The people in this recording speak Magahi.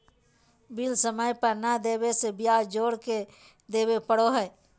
बिल समय पर नयय देबे से ब्याज जोर के देबे पड़ो हइ